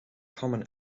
common